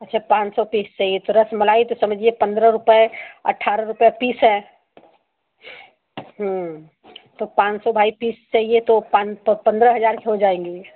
अच्छा पाँच सौ पीस चाहिए तो रसमलाई तो समझिए पंद्रह रुपये अट्ठारह रुपये पीस है तो पाँच सौ भाई पीस चाहिए तो पंद्रह हज़ार के हो जाएँगे